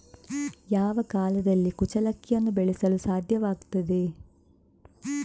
ಯಾವ ಕಾಲದಲ್ಲಿ ಕುಚ್ಚಲಕ್ಕಿಯನ್ನು ಬೆಳೆಸಲು ಸಾಧ್ಯವಾಗ್ತದೆ?